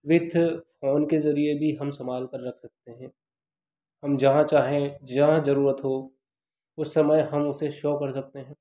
with phone के जरिए भी हम सम्भाल कर रख सकते हैं हम जहाँ चाहें जहाँ जरुरत हो उस समय हम उसे शो कर सकते हैं